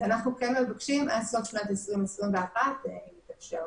אז אנחנו כן מבקשים עד סוף שנת 2021 אם מתאפשר.